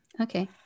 okay